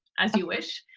as you wish.